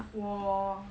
我